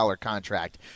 contract